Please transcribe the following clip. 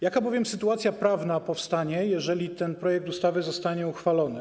Jaka bowiem sytuacja prawna powstanie, jeżeli ten projekt ustawy zostanie uchwalony?